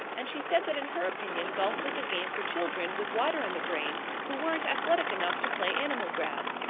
and she said that in her opinion golf was a game for children with water on the brain who weren't athletic enough to play animal grab.